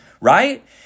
right